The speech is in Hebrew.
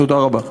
תודה רבה.